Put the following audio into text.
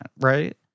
right